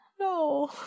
No